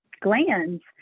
glands